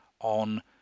on